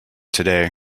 today